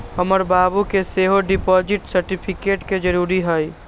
हमर बाबू के सेहो डिपॉजिट सर्टिफिकेट के जरूरी हइ